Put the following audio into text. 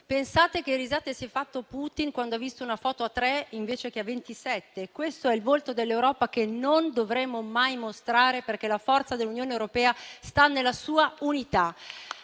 Pensate che risate si è fatto Putin quando ha visto una foto a tre invece che a ventisette. Questo è il volto dell'Europa che non dovremmo mai mostrare perché la forza dell'Unione europea sta nella sua unità.